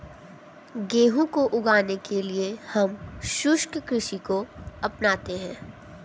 गेहूं को उगाने के लिए हम शुष्क कृषि को अपनाते हैं